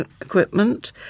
equipment